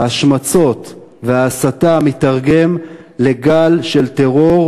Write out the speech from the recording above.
ההשמצות וההסתה מיתרגם לגל של טרור,